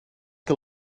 que